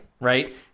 right